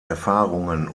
erfahrungen